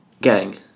gang